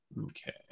Okay